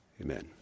Amen